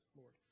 Lord